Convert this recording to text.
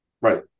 Right